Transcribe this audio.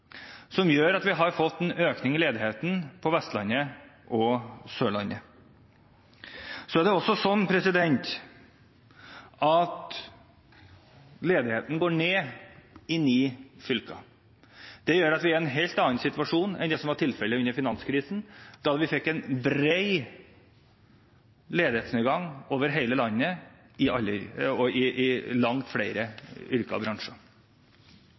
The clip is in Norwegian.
som gjør at vi har fått en økning i ledigheten på Vestlandet og Sørlandet. Så er det også sånn at ledigheten går ned i ni fylker. Det gjør at vi er i en helt annen situasjon enn det som var tilfellet under finanskrisen, da vi fikk en bred ledighetsnedgang i hele landet og i langt flere yrker og bransjer.